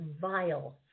vile